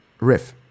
Riff